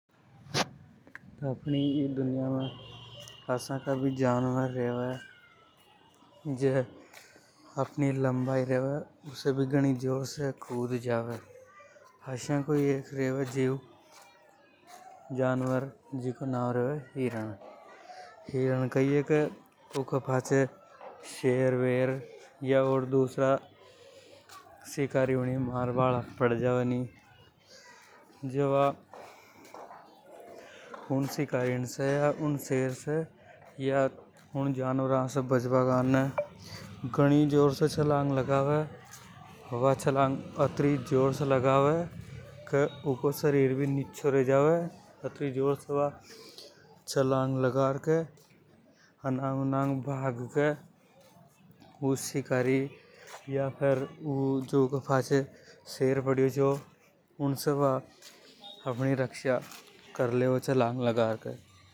अपनी ई दुनिया में असा का भी जानवर रेवे। जे अपनी लंबाई रेवे उसे भी ज्यादा कूद जावे आसा को ही जानवर हे जिको नाव हिरन सेर पड़ जावे नि जे। वा उन सेर या शिकारी या जानवरा से पांचों छुड़ा बा करने घणी जोर से छलांग लगावे व छलांग अत्री जोर से लगावे के यूको शरीर भी नीचों र जावे। अत्री जोर से व छलांग लगार के अनंग अनंग भाग के ऊ शिकारी या फेर सेर पढ़ियो चो उसे व अपनी रक्षा कर लेवे छलांग लगाके।